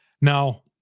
Now